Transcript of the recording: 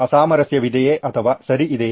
ಅಸಾಮರಸ್ಯವಿದೆಯೇ ಅಥವಾ ಸರಿ ಇದಿಯೇ